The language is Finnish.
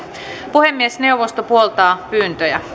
puhemiesneuvosto puoltaa pyyntöjä